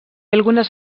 algunes